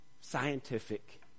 scientific